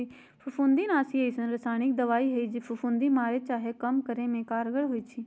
फफुन्दीनाशी अइसन्न रसायानिक दबाइ हइ जे फफुन्दी मारे चाहे कम करे में कारगर होइ छइ